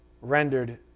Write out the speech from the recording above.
rendered